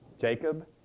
Jacob